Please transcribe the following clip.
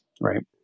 right